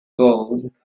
gold